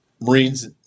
marines